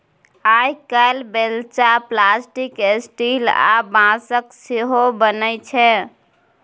आइ काल्हि बेलचा plastic, steel आ बाँसक सेहो बनै छै